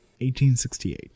1868